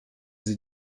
sie